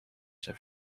zijn